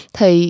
Thì